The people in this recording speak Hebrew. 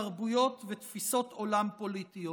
תרבויות ותפיסות עולם פוליטיות.